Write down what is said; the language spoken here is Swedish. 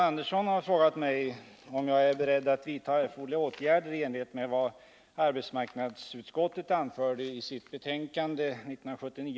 Anledningen till motionen var farhågorna för att de allmännyttiga organisationerna inte skulle klara av den löneandel som lades på dem.